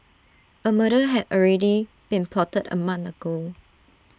A murder had already been plotted A month ago